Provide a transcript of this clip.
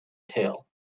tale